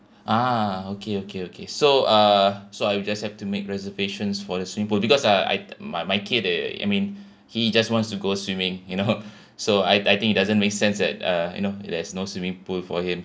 ah okay okay okay so uh so I just have to make reservations for the swimming pool because uh I my my kid eh I mean he just wants to go swimming you know so I I think it doesn't make sense that uh you know there's no swimming pool for him